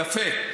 יפה.